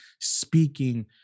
speaking